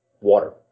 water